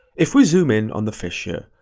if we zoom in on the fish here,